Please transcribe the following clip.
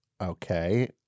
Okay